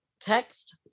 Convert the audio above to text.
text